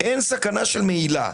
אין סכנת מהילה,